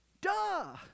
duh